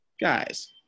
Guys